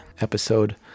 episode